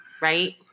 right